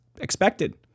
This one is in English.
expected